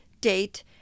date